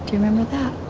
remember that?